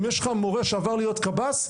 אם יש לך מורה שעבר להיות קב"ס,